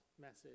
message